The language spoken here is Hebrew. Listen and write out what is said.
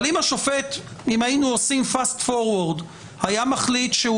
אבל אם היינו עושים Fast forward והשופט היה מחליט שהוא